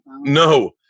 No